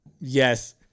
Yes